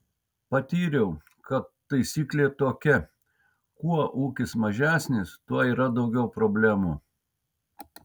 patyriau kad taisyklė tokia kuo ūkis mažesnis tuo yra daugiau problemų